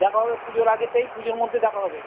দেখা যাবে পুজোর আগেতেই পুজোর মধ্যে দেখা হবে